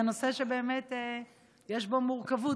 כי זה נושא שבאמת יש בו מורכבות,